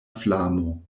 flamo